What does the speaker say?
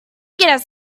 get